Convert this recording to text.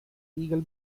eagle